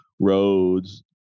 roads